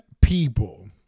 people